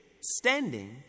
standing